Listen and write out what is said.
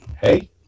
Hey